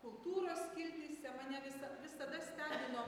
kultūros skiltyse mane visa vis tada stebino